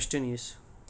okay